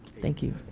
thank you